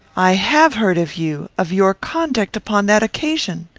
i have heard of you of your conduct upon that occasion.